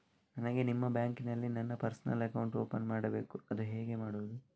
ನನಗೆ ನಿಮ್ಮ ಬ್ಯಾಂಕಿನಲ್ಲಿ ನನ್ನ ಪರ್ಸನಲ್ ಅಕೌಂಟ್ ಓಪನ್ ಮಾಡಬೇಕು ಅದು ಹೇಗೆ ಮಾಡುವುದು?